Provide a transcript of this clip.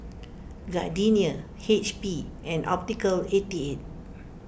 Gardenia H P and Optical eighty eight